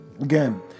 Again